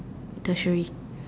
Tertiary